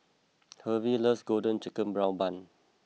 Hervey loves Golden Brown Bun